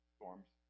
Storms